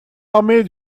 armé